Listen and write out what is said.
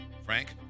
Frank